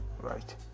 right